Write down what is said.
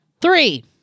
Three